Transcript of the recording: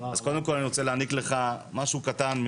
אז קודם כל אני רוצה להעניק לך משהו קטן,